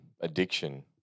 addiction